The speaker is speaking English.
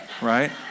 right